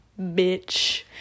Bitch